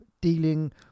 dealing